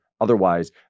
otherwise